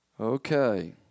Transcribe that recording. Okay